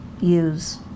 use